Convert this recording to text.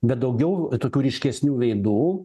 bet daugiau tokių ryškesnių veidų